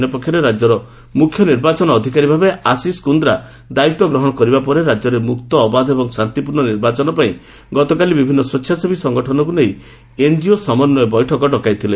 ଅନ୍ୟପକ୍ଷରେ ରାଜ୍ୟର ମୁଖ୍ୟ ନିର୍ବାଚନ ଅଧିକାରୀଭାବେ ଆଶିଷ କୁନ୍ଦ୍ରା ଦାୟିତ୍ୱଗ୍ରହଣ କରିବା ପରେ ରାଜ୍ୟରେ ମୁକ୍ତ ଅବାଧ ଏବଂ ଶାନ୍ତିପୂର୍ଣ୍ଣ ନିର୍ବାଚନ ପାଇଁ ଗତକାଲି ବିଭିନ୍ନ ସ୍ୱେଚ୍ଛାସେବୀ ସଂଗଠନକୁ ନେଇ ଏନକିଓ ସମନ୍ୱୟ ବୈଠକ ଡକାଇଥିଲେ